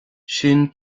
sin